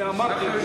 אני אמרתי,